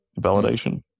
validation